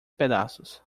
pedaços